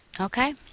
Okay